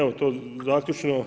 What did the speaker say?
Evo, to zaključno.